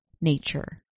nature